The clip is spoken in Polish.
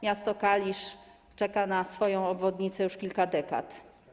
Miasto Kalisz czeka na swoją obwodnicę już kilka dekad.